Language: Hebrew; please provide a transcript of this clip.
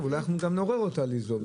אולי גם נעורר אותה ליזום.